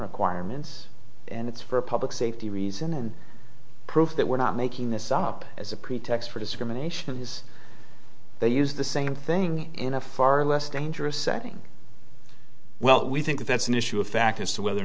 requirements and it's for a public safety reason and proof that we're not making this up as a pretext for discrimination of these they use the same thing in a far less dangerous setting well we think that's an issue of fact as to whether or